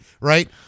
Right